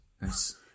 Nice